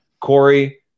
Corey